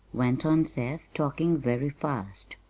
went on seth, talking very fast.